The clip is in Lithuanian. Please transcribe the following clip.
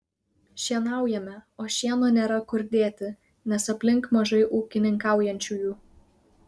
šienaujame o šieno nėra kur dėti nes aplink mažai ūkininkaujančiųjų